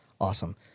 Awesome